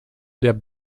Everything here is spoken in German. der